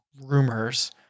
rumors